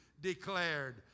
declared